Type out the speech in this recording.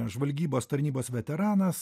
žvalgybos tarnybos veteranas